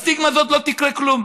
הסטיגמה הזאת, לא יקרה כלום.